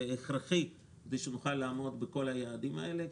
זה הכרחי כדי שנוכל לעמוד בכל היעדים האלה.